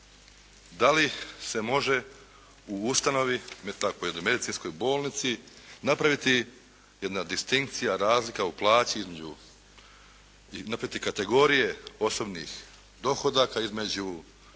da li se može u ustanovi, jednoj medicinskoj bolnici napraviti jedna distinkcija, razlika u plaći između, napraviti kategorije osobnih dohodaka između